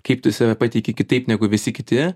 kaip tu save pateiki kitaip negu visi kiti